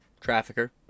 trafficker